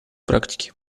практики